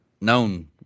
known